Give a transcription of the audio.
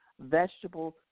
vegetables